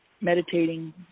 meditating